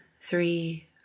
three